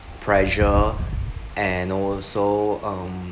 pressure and also um